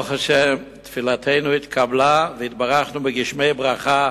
וברוך השם תפילתנו התקבלה והתברכנו בגשמי ברכה,